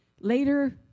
Later